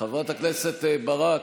חברת הכנסת ברק,